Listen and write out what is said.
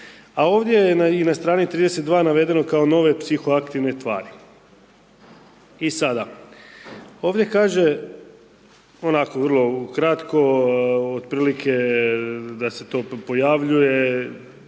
a ovdje je i na strani 32. navedeno kao nove psihoaktivne tvari. I sada, ovdje kaže onako vrlo kratko otprilike da se to pojavljuje,